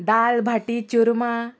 दाल baati churma